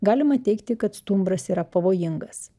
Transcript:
galima teigti kad stumbras yra pavojingas